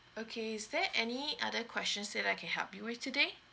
okay is there any other questions that I can help you with today